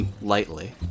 lightly